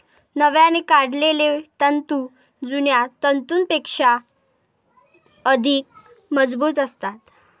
नव्याने काढलेले तंतू जुन्या तंतूंपेक्षा अधिक मजबूत असतात